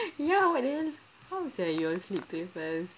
ya what the hell how is it that you all sleep so fast